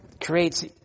creates